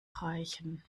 reichen